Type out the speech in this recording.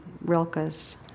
Rilke's